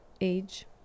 Age